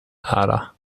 ada